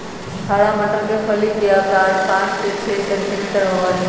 हरा मटर के फली के आकार पाँच से छे सेंटीमीटर होबा हई